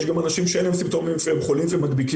יש אנשים שאין להם סימפטומים, הם חולים ומדביקים.